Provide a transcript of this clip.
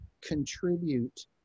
contribute